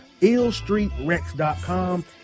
IllStreetRex.com